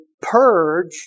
purge